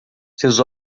seus